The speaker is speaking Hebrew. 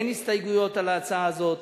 אין הסתייגויות להצעה הזאת,